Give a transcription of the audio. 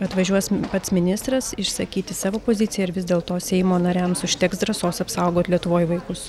atvažiuos pats ministras išsakyti savo poziciją ir vis dėlto seimo nariams užteks drąsos apsaugot lietuvoj vaikus